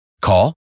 Call